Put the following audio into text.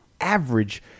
average